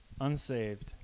unsaved